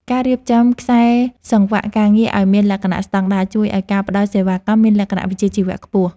ការរៀបចំខ្សែសង្វាក់ការងារឱ្យមានលក្ខណៈស្តង់ដារជួយឱ្យការផ្ដល់សេវាកម្មមានលក្ខណៈវិជ្ជាជីវៈខ្ពស់។